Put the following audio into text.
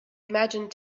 imagined